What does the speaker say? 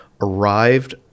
arrived